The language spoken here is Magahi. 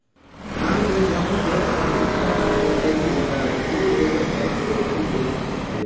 हम भी जऊन देश में पिछला बार गेलीअई हल ऊ एगो टैक्स हेवन देश हलई